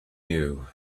you